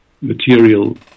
material